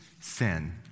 sin